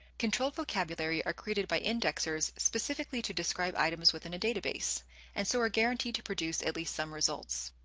controlled vocabulary are created by indexers specifically to describe items within a database and so are guaranteed to produce at least some results.